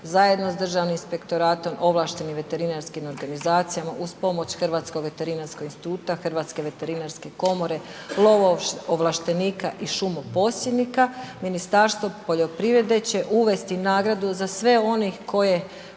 zajedno sa Državnim inspektoratom, ovlaštenim veterinarskim organizacijama uz pomoć Hrvatskog veterinarskog instituta, Hrvatske veterinarske komore, lovoovlaštenika i šumoposjednika Ministastvo poljoprivrede će uvesti nagradu za sve one koji